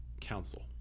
council